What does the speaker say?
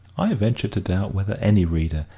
i venture to doubt whether any reader,